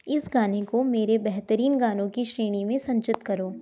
इस गाने को मेरे बेहतरीन गानों की श्रेणी में संचित करो